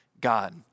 God